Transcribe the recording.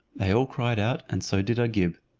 they all cried out, and so did agib,